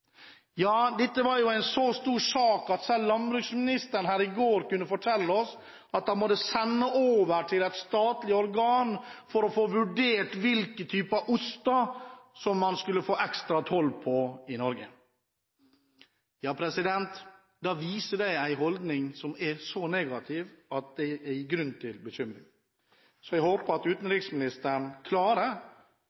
stor sak at selve landbruksministeren her i går kunne fortelle oss at de måtte sende dette over til et statlig organ for å få vurdert hvilke typer oster man skulle få ekstra toll på i Norge. Ja, da viser det en holdning som er så negativ at det gir grunn til bekymring. Så jeg håper at